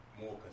more